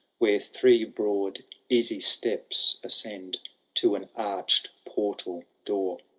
where three broad easy steps ascend to an arched portal door.